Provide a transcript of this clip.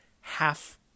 half